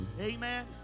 amen